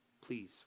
Please